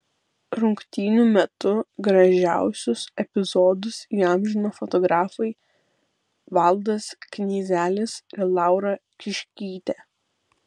rungtynių metu gražiausius epizodus įamžino fotografai valdas knyzelis ir laura kiškytė